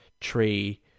tree